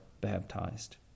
baptized